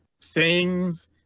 things-